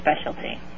specialty